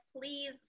please